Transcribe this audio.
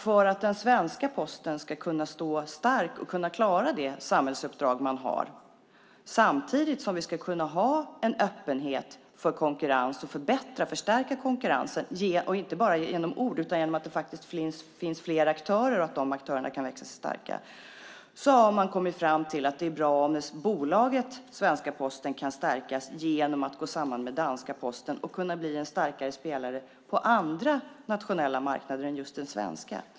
För att den svenska Posten ska kunna stå stark och klara det samhällsuppdrag man har, samtidigt som vi ska ha öppenhet för konkurrens och kunna förbättra och förstärka konkurrensen inte bara med ord utan genom att det finns flera aktörer och att de kan växa sig starka, har man kommit fram till att det är bra om bolaget svenska Posten kan stärkas genom att gå samman med danska Posten och bli en starkare spelare på andra nationella marknader än den svenska.